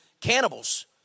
cannibals